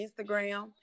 Instagram